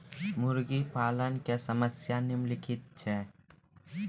मुर्गा पालन के समस्या निम्नलिखित छै